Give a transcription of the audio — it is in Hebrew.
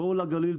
בואו לגליל,